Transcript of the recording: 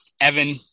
Evan